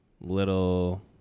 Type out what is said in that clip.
little